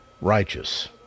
righteous